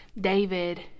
david